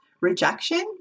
rejection